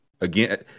Again